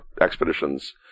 expeditions